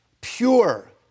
pure